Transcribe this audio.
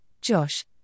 Josh